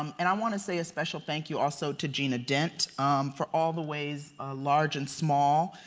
um and i want to say a special thank you also to gina dent for all the ways large and small,